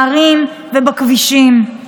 בערים ובכבישים.